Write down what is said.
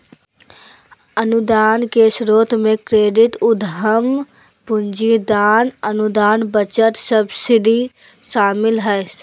अनुदान के स्रोत मे क्रेडिट, उधम पूंजी, दान, अनुदान, बचत, सब्सिडी शामिल हय